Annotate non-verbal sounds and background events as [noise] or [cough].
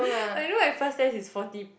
[breath] oh you know my first test is forty